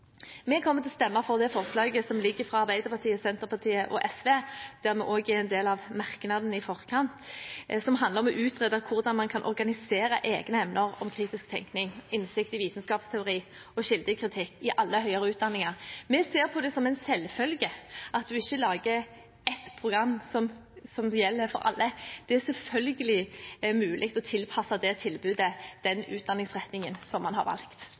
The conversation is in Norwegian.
Vi kommer til å stemme for forslaget fra Arbeiderpartiet, Senterpartiet og SV, der vi også er med i merknadene i forkant, som handler om å utrede hvordan man kan organisere egne emner om kritisk tenkning, innsikt i vitenskapsteori og kildekritikk i alle høyere utdanninger. Vi ser på det som en selvfølge at man ikke lager ett program som skal gjelde for alle. Det er selvfølgelig mulig å tilpasse tilbudet til den studieretningen man har valgt.